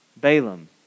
Balaam